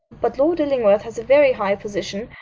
but lord illingworth has a very high position,